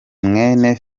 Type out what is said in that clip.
mwene